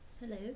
Hello